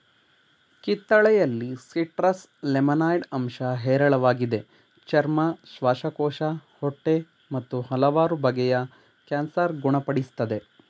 ಕಿತ್ತಳೆಯಲ್ಲಿ citrus limonoid ಅಂಶ ಹೇರಳವಾಗಿದೆ ಚರ್ಮ ಶ್ವಾಸಕೋಶ ಹೊಟ್ಟೆ ಮತ್ತು ಹಲವಾರು ಬಗೆಯ ಕ್ಯಾನ್ಸರ್ ಗುಣ ಪಡಿಸ್ತದೆ